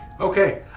Okay